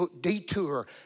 detour